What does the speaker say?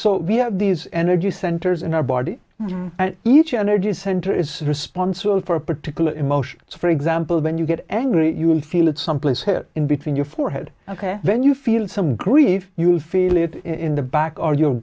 so we have these energy centers in our body and each energy center is responsible for a particular emotion so for example when you get angry you will feel at some place here in between your forehead ok when you feel some grief you feel it in the back or your